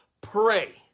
pray